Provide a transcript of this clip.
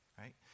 right